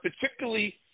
particularly